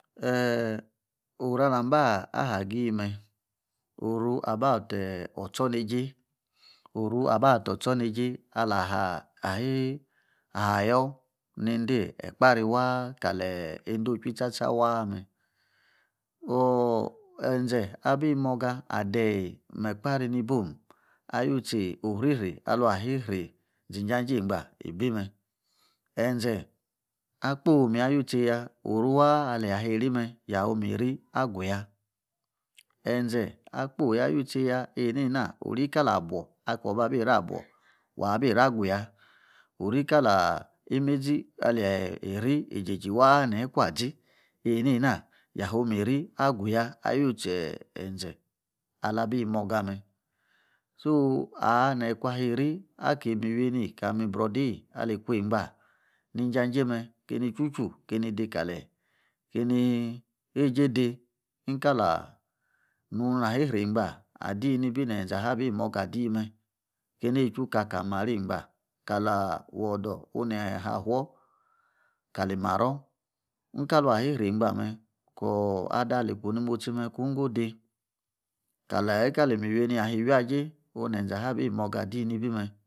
Eeee oru alam ba hagi me oru about otsor neijei oru about otsor neijei ala ha yii haii aya yoor neindi ekperi waa tcha tcha waa mei oooh enze abi moga adeyi ekpari ni biom eyu tsi oriri alun ahi ri jinjajei eiigba ibi me enze akoyi om ya oru wa alia ayomu ri me ya omu ri aguya. Enze akpoi ya yutse ya ni ka li abuor akoor babi raa buor wa bi raa gwuya ori kali imezi aleyi iri ejeiji waa heyi ikua zi, einei na yo mi ri agwu ya aguu chi enze ala biyi moga me so, aa neyi kuayiri aki mi weiniyi ka brodei ali ku nii ajei me keini chuchu keini eijei diyi ika nung iri engba adiyi kaba nun na yisri emgba adii ni bi nenze abi moga adiyi ni be me keni weitchu baa kaa kali maro eingba kalaa wodor oneyi afuor k liyi mmaro inka lung isrei engba me ooh ada ati kuu ni motsi me ku wingo dei kale, ka li imiweiniyi ayi wiajei, onu nenze abi moga adiyi ni bi me